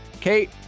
Kate